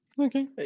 okay